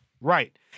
right